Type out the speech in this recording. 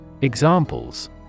Examples